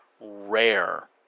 rare